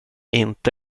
inte